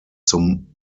zum